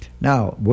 Now